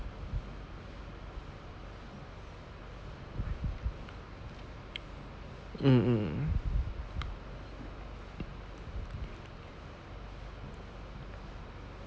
mm mm mm